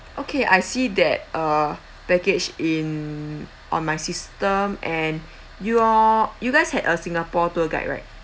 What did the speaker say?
okay I see that uh package in on my system and you all you guys had a singapore tour guide right